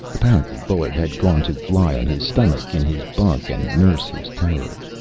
apparently bullard had gone to lie on his stomach in his bunk and nurse his terror.